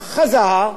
חזר,